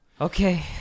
okay